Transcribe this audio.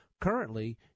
Currently